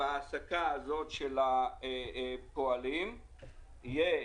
שבהעסקה הזאת של הפועלים יהיה